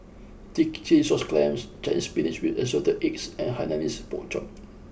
Chilli Sauce clams Chinese Spinach With Assorted Eggs and Hainanese Pork Chop